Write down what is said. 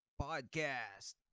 Podcast